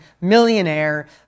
millionaire